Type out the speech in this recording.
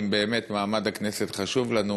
אם באמת מעמד הכנסת חשוב לנו,